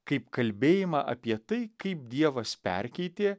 kaip kalbėjimą apie tai kaip dievas perkeitė